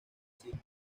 siglos